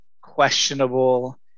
questionable